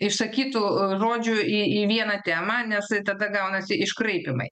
išsakytų žodžių į į vieną temą nes tai tada gaunasi iškraipymai